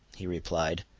he replied,